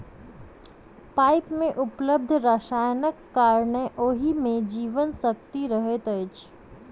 पाइन मे उपलब्ध रसायनक कारणेँ ओहि मे जीवन शक्ति रहैत अछि